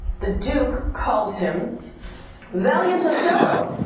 the duke calls him valiant othello,